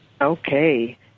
Okay